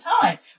time